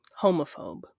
homophobe